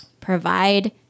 provide